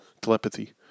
telepathy